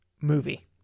movie